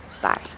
Bye